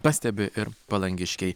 pastebi ir palangiškiai